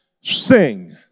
sing